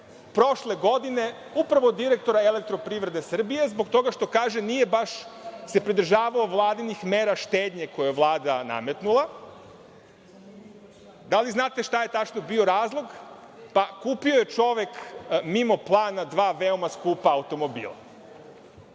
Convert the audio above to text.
prošle godine, upravo direktora „Elektroprivrede Srbije“, zbog toga što, kaže, nije se baš pridržavao Vladinih mera štednje koja je Vlada nametnula. Da li znate šta je tačno bio razlog? Pa, kupio je čovek mimo plana dva veoma skupa automobila,